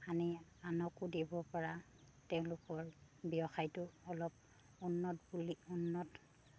আনি আনকো দিব পৰা তেওঁলোকৰ ব্যৱসায়টো অলপ উন্নত বুলি উন্নত